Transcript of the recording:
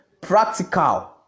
practical